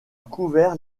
couvert